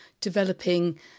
developing